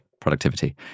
productivity